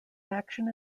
action